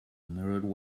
mirrored